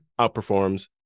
outperforms